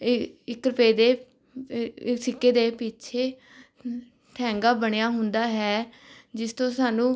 ਇ ਇੱਕ ਰੁਪਏ ਦੇ ਦੇ ਸਿੱਕੇ ਦੇ ਪਿੱਛੇ ਠੈਂਗਾਂ ਬਣਿਆ ਹੁੰਦਾ ਹੈ ਜਿਸ ਤੋਂ ਸਾਨੂੰ